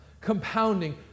Compounding